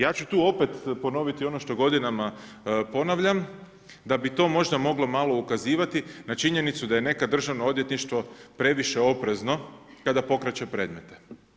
Ja ću tu opet ponoviti ono što godinama ponavljam, da bi to možda moglo malo ukazivati na činjenicu da je nekad državno odvjetništvo previše oprezno kada pokreće predmete.